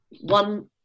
one